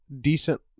decent